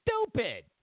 stupid